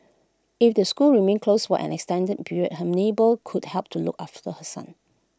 if the schools remain closed for an extended period her neighbour could help to look after the her son